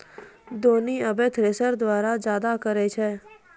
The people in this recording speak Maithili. दौनी आबे थ्रेसर द्वारा जादा करै छै